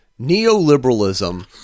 Neoliberalism